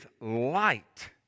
light